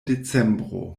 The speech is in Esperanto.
decembro